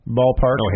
Ballpark